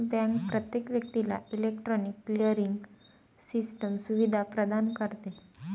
bank प्रत्येक व्यक्तीला electronic clearing system सुविधा प्रदान करते